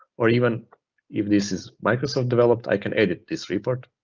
or even if this is microsoft developed, i can edit this report